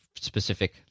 specific